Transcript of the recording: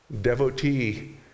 devotee